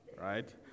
Right